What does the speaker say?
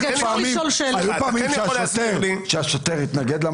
יכול להיות שהשוטר יתנגד?